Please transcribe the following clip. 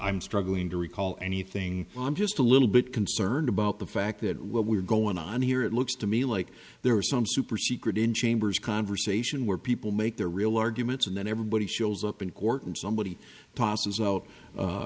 i'm struggling to recall anything i'm just a little bit concerned about the fact that what we're going on here it looks to me like there was some super secret in chambers conversation where people make their real arguments and then everybody shows up in court and somebody tosses out